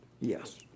Yes